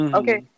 okay